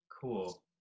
cool